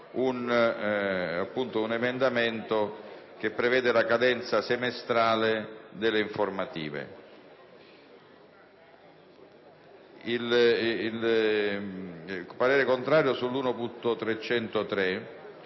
un emendamento che prevede la cadenza semestrale delle informative. Esprimo parere contrario sull'emendamento